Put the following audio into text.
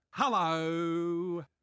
Hello